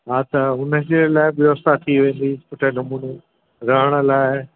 हा त उनजे लाइ व्यवस्था थी वेंदी सुठे नमूने रहण लाइ